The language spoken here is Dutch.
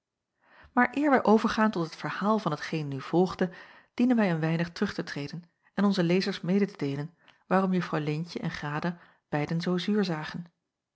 eer wij overgaan tot het verhaal van hetgeen nu volgde dienen wij een weinig terug te treden en onze lezers mede te deelen waarom juffrouw leentje en grada beiden zoo zuur zagen